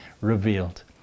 revealed